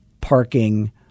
Parking